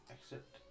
Exit